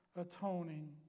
atoning